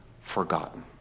forgotten